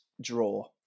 draw